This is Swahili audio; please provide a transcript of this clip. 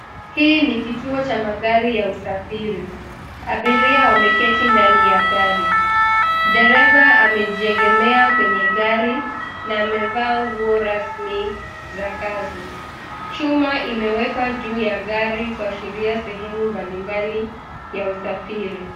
Hii ni kituo cha magari ya usafiri. Abiria wameketi ndani ya gari. Dereva amejiegemea kwenye gari na amevaa nguo rasmi za kazi. Chuma imewekwa juu ya gari kuashiria sehemu mbalimbali ya usafiri.